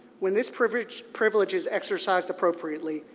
when this privilege privilege is exercised appropriately,